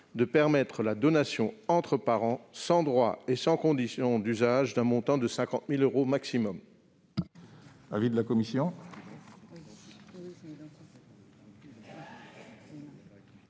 des impôts, la donation entre parents, sans droits et sans conditions d'usage, d'un montant de 50 000 euros maximum.